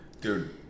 dude